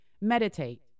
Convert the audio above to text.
Meditate